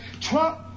Trump